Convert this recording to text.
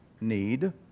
need